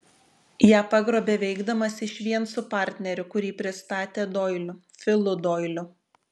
ją pagrobė veikdamas išvien su partneriu kurį pristatė doiliu filu doiliu